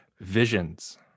visions